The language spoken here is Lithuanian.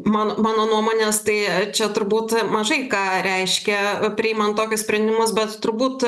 man mano nuomonės tai čia turbūt mažai ką reiškia priimant tokius sprendimus bet turbūt